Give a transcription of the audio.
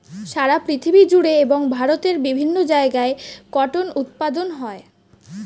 সারা পৃথিবী জুড়ে এবং ভারতের বিভিন্ন জায়গায় কটন উৎপাদন হয়